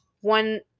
one